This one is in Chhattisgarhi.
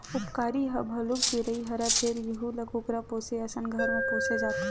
उपकारी ह भलुक चिरई हरय फेर यहूं ल कुकरा पोसे असन घर म पोसे जाथे